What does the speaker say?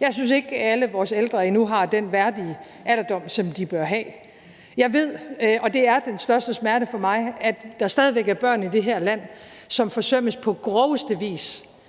Jeg synes ikke, at alle vores ældre endnu har den værdige alderdom, som de bør have. Jeg ved – og det er den største smerte for mig – at der stadig væk er børn i det her land, som forsømmes på groveste vis,